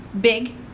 Big